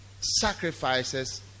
sacrifices